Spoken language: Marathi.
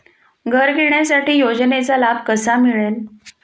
घर घेण्यासाठी योजनेचा लाभ कसा मिळेल?